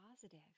positive